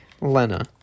Lena